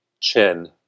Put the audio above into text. Chin